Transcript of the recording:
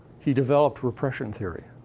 he developed repression theory.